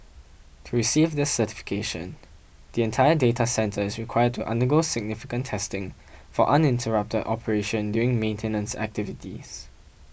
to receive this certification the entire data centre is required to undergo significant testing for uninterrupted operation during maintenance activities